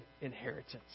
inheritance